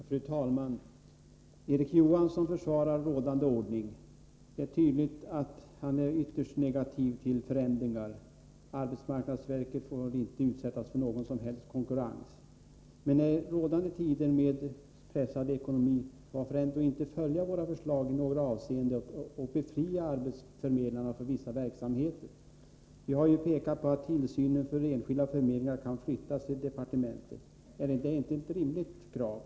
Fru talman! Erik Johansson försvarar rådande ordning. Det är tydligt att han är ytterst negativ till förändringar. Arbetsmarknadsverket får väl inte utsättas för någon som helst konkurrens. Varför ändå inte i rådande tider med pressad ekonomi följa våra förslag i några avseenden och befria arbetsförmedlarna från vissa verksamheter? Jag har ju framhållit att tillsynen över enskilda förmedlingar kan flyttas till departementet. Är inte det ett rimligt krav?